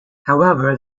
however